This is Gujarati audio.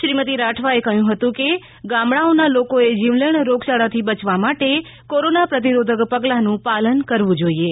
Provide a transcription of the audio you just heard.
શ્રીમતી રાઠવાએ કહ્યું હતું કે ગામડાઓના લોકો એ જીવલેણ રોગયાળાથી બયવા માટે કોરોના પ્રતિરોધક પગલાંનું પાલન કરવુ જોઈએ